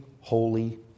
holy